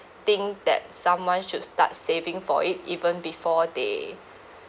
think that someone should start saving for it even before they